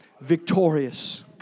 victorious